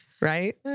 Right